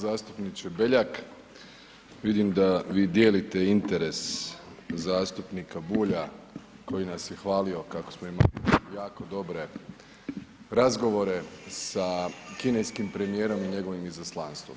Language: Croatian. Zastupniče Beljak, vidim da vi dijelite interes zastupnika Bulja koji nas je hvalio kako smo imali jako dobre razgovore sa kineskim premijerom i njegovim izaslanstvom.